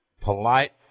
polite